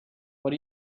what